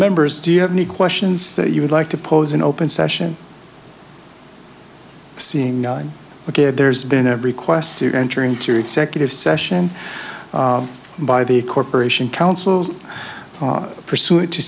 members do you have any questions that you would like to pose in open session seeing but there's been a request to enter into executive session by the corporation counsel's pursuant to